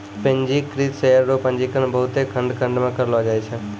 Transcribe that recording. पंजीकृत शेयर रो पंजीकरण बहुते खंड खंड मे करलो जाय छै